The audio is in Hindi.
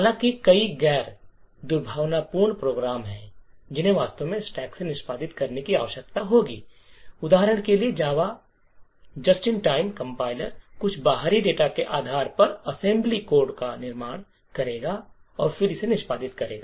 हालांकि कई गैर दुर्भावनापूर्ण प्रोग्राम हैं जिन्हें वास्तव में स्टैक से निष्पादित करने की आवश्यकता होगी उदाहरण के लिए जावा जस्ट इन टाइम संकलक कुछ बाहरी डेटा के आधार पर असेंबली कोड का निर्माण करेगा और फिर इसे निष्पादित करेगा